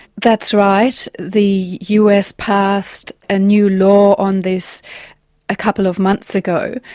that's right. the us passed a new law on this a couple of months ago.